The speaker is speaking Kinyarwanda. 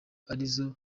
arizo